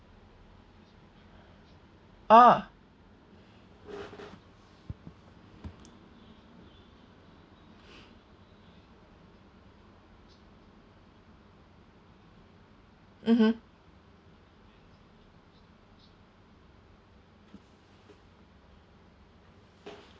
oh mmhmm